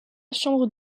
chambre